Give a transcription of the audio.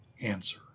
answer